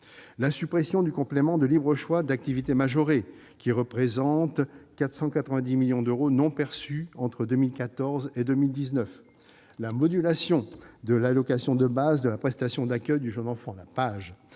la suppression du complément de libre choix d'activité majoré, qui représente 490 millions d'euros non perçus entre 2014 et 2019 ; la modulation de l'allocation de base de la prestation d'accueil du jeune enfant (PAJE),